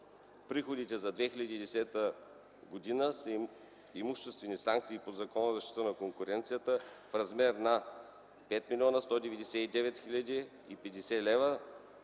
Приходите за 2010 г. са имуществени санкции по Закона за защита на конкуренцията в размер на 5 млн. 199 хил. 50 лева,